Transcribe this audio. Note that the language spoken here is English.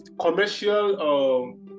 commercial